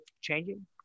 changing